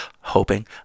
hoping